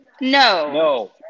No